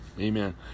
Amen